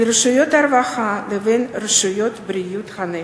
רשויות הרווחה לבין רשויות בריאות הנפש.